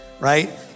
right